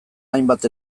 hainbat